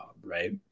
right